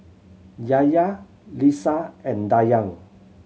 Yahya Lisa and Dayang